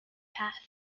path